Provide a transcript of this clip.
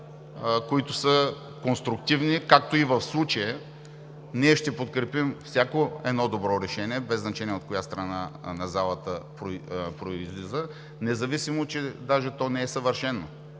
които са конструктивни. Както и в случая ние ще подкрепим всяко едно решение, без значение от коя страна на залата произлиза, независимо че даже то не е съвършено.